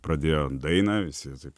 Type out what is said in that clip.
pradėjo dainą visi taip